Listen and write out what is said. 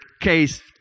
case